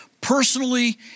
personally